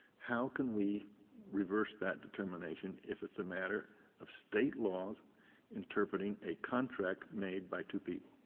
how can we reverse that determination if it's a matter of state laws interpreting a contract made by two people?